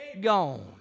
gone